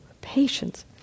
Patience